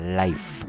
life